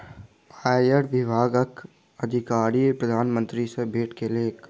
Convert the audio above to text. आयकर विभागक अधिकारी प्रधान मंत्री सॅ भेट केलक